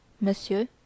Monsieur